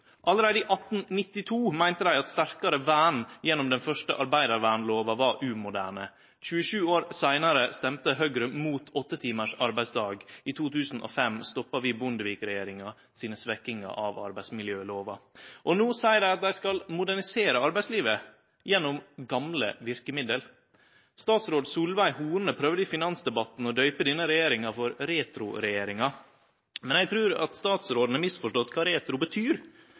allereie i 1892 meinte dei at sterkare vern gjennom den første arbeidarvernlova var umoderne. 27 år seinare røysta Høgre mot åttetimars arbeidsdag. I 2005 stoppa vi Bondevik-regjeringa sine svekkingar av arbeidsmiljølova. No seier dei at dei skal modernisere arbeidslivet gjennom gamle verkemiddel. Statsråd Solveig Horne prøvde i finansdebatten å døype denne regjeringa for retroregjeringa. Eg trur statsråden har misforstått kva retro